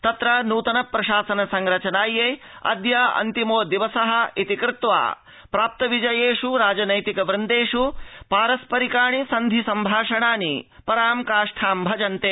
तत्र नूतन प्रशासन संरचनायै अद्य अन्तिमो दिवसः इति कृत्वा प्राप्त विजयेष् राजनैतिक वृन्देष् पारम्परिकाणि सन्धि सम्भाषणानि परां काष्ठां भजन्ते